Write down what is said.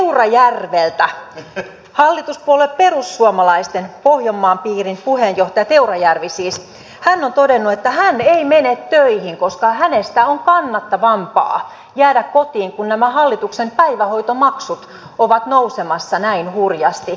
niin ikään teurajärvi hallituspuolue perussuomalaisten pohjanmaan piirin puheenjohtaja teurajärvi siis on todennut että hän ei mene töihin koska hänestä on kannattavampaa jäädä kotiin kun nämä hallituksen päivähoitomaksut ovat nousemassa näin hurjasti